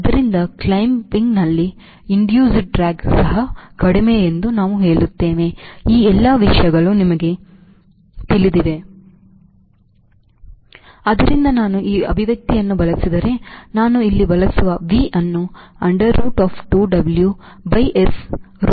ಆದ್ದರಿಂದ ಕ್ಲೈಂಬಿಂಗ್ನಲ್ಲಿ induce drag ಸಹ ಕಡಿಮೆ ಎಂದು ನಾವು ಹೇಳುತ್ತೇವೆ ಈ ಎಲ್ಲಾ ವಿಷಯಗಳು ನಿಮಗೆ ತಿಳಿದಿವೆ ಆದ್ದರಿಂದ ನಾನು ಈ ಅಭಿವ್ಯಕ್ತಿಯನ್ನು ಬಳಸಿದರೆ ನಾನು ಇಲ್ಲಿ ಬಳಸುವ V ಅನ್ನು under root of 2 W by S rho CL ಕ್ಕೆ ಸಮನಾಗಿ ಬರೆಯಬಹುದು